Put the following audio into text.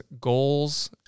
goals